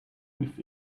with